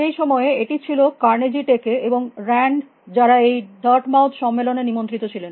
সেই সময়ে এটি ছিল কার্নেজি টেক এ Carnegie Techএবং রান্ড যারা এই ডার্টমাউথ সম্মেলনে নিমন্ত্রিত ছিলেন